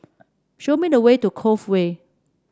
show me the way to Cove Way